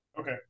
Okay